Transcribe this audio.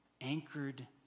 anchored